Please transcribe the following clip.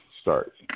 start